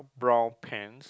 brown pants